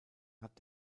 hat